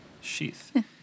sheath